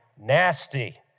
Nasty